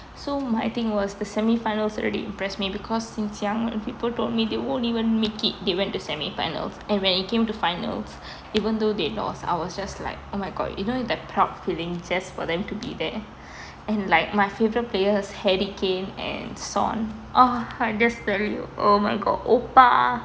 so my thing was the semi finals already impress me because since young people told me they won't even make it they went to semi finals and when it came to finals even though they lost I was just like oh my god you know you're proud feeling just for them to be there and like my favourite players harry kane and son oh I just tell you oh my god oppa